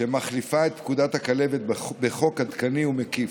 שמחליפה את פקודת הכלבת בחוק עדכני ומקיף.